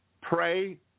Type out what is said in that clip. Pray